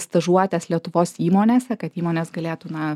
stažuotes lietuvos įmonėse kad įmonės galėtų na